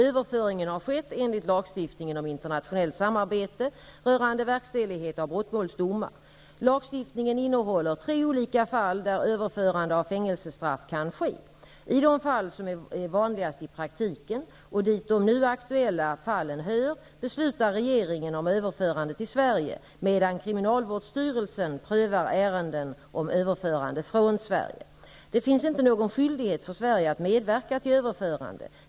Överföringen har skett enligt lagstiftningen om internationellt samarbete rörande verkställighet av brottmålsdomar. Lagstiftningen innehåller tre olika fall där överförande av fängelsestraff kan ske. I de fall som är vanligast i praktiken -- och dit det nu aktuella hör -- beslutar regeringen om överförande till Sverige, medan kriminalvårdsstyrelsen prövar ärenden om överförande från Sverige. Det finns inte någon skyldighet för Sverige att medverka till överförande.